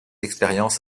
expérience